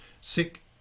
sick